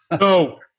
No